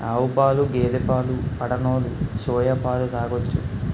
ఆవుపాలు గేదె పాలు పడనోలు సోయా పాలు తాగొచ్చు